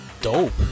dope